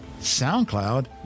SoundCloud